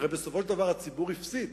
הרי בסופו של דבר הציבור הפסיד.